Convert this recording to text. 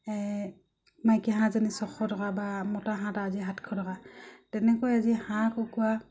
মাইকী হাঁহজনী ছশ টকা বা মতা হাঁহ এটা আজি সাতশ টকা তেনেকৈ আজি হাঁহ কুকুৰা